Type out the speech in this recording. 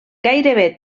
gairebé